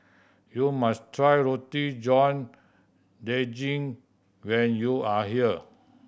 you must try Roti John Daging when you are here